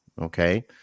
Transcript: okay